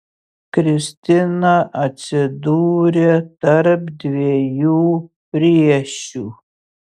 kristina atsidūrė tarp dviejų priešių